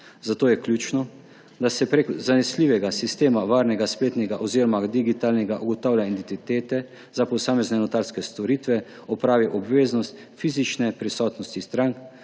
Zato je ključno, da se prek zanesljivega sistema varnega spletnega oziroma digitalnega ugotavljanja identitete za posamezne notarske storitve odpravi obveznost fizične prisotnosti strank.